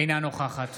אינה נוכחת